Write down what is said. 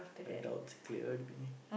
your doubts cleared me